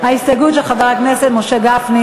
ההסתייגויות של חבר הכנסת משה גפני